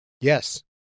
Yes